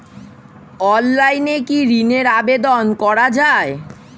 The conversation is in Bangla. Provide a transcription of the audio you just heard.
অনলাইনে কি ঋনের আবেদন করা যায়?